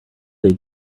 they